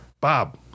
Bob